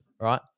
right